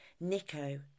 Nico